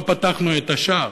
לא פתחנו את השער,